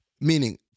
meaning